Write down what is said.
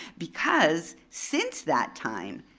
because, since that time,